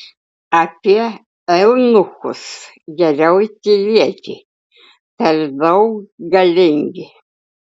apie eunuchus geriau tylėti per daug galingi